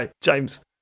James